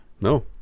No